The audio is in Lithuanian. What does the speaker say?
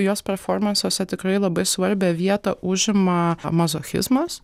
jos performansuose tikrai labai svarbią vietą užima mazochizmas